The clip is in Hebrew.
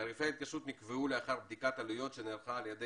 תעריפי ההתקשרות נקבעו לאחר בדיקת עלויות שנערכה על-ידי